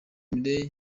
miley